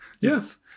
Yes